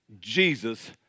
Jesus